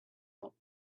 not